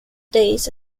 days